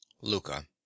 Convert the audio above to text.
luca